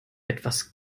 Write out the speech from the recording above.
etwas